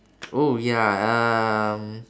oh ya um